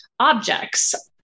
Objects